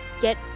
get